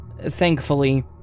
thankfully